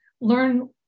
learn